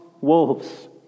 wolves